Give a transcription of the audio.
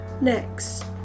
next